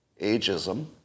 ageism